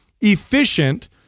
efficient